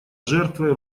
жертвой